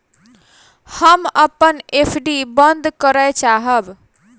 हम अपन एफ.डी बंद करय चाहब